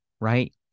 right